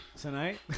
tonight